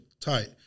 tight